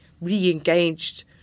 re-engaged